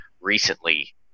recently